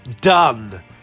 done